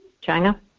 China